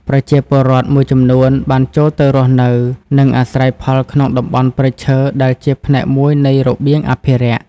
ប្រជាពលរដ្ឋមួយចំនួនបានចូលទៅរស់នៅ និងអាស្រ័យផលក្នុងតំបន់ព្រៃឈើដែលជាផ្នែកមួយនៃរបៀងអភិរក្ស។